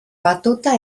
batuta